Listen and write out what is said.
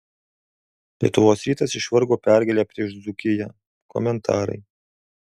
lietuvos rytas išvargo pergalę prieš dzūkiją komentarai